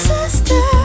Sister